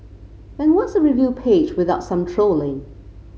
and what's a review page without some trolling